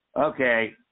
Okay